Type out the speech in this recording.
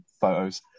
photos